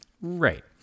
Right